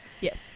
Yes